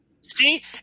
See